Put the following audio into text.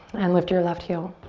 and lift your left heel.